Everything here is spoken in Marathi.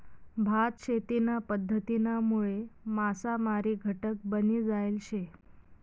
भात शेतीना पध्दतीनामुळे मासामारी घटक बनी जायल शे